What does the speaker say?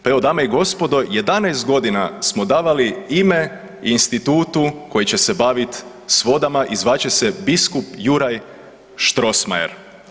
Pa evo dame i gospodo 11.g. smo davali ime institutu koji će se bavit s vodama i zvat će se „Biskup Josip Juraj Strossmayer“